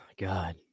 God